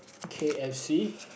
K_F_C